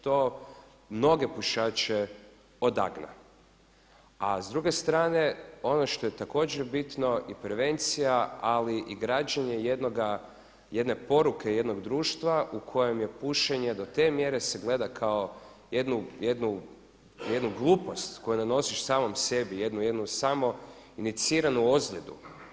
To mnoge pušače odagna, a s druge strane ono što je također bitno i prevencija, ali i građenje jedne poruke jednog društva u kojem je pušenje do te mjere se gleda kao jednu glupost koju nanosiš samu sebi, jednu samoiniciranu ozljedu.